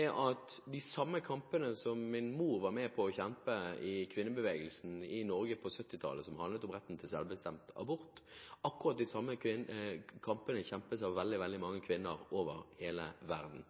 er at de samme kampene som min mor var med på å kjempe for i kvinnebevegelsen i Norge på 1970-tallet, som handlet om retten til selvbestemt abort, er akkurat de samme kampene som i dag kjempes av veldig mange kvinner over hele verden.